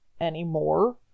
anymore